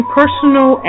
personal